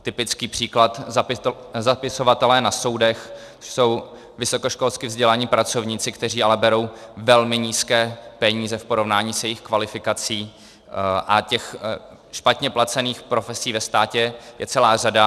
Typický příklad zapisovatelé na soudech jsou vysokoškolsky vzdělaní pracovníci, kteří ale berou velmi nízké peníze v porovnání s jejich kvalifikací, a těch špatně placených profesí ve státě je celá řada.